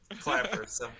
clappers